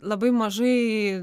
labai mažai